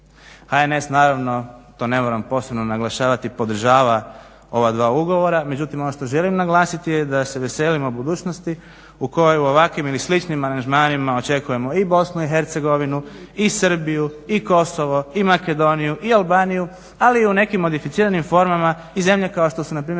HNS naravno, to ne moram posebno naglašavati, podržava ova dva ugovora, međutim ono što želim naglasiti je da se veselimo budućnosti u kojoj u ovakvim ili sličnim aranžmanima očekujemo i BiH i Srbiju i Kosovo i Makedoniju i Albaniju ali i u nekim modificiranim formama i zemlje kao što su npr.